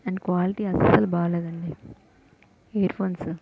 and quality అస్సలు బాగాలేదండి ear phones